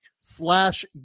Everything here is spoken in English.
slash